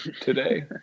today